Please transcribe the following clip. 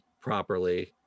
properly